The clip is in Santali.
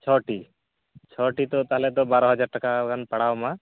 ᱪᱷᱚᱴᱤ ᱪᱷᱤᱴᱤ ᱛᱚ ᱛᱟᱦᱚᱞᱮ ᱛᱚ ᱵᱟᱨᱳ ᱦᱟᱡᱟᱨ ᱴᱟᱠᱟ ᱜᱟᱱ ᱯᱟᱲᱟᱣ ᱟᱢᱟ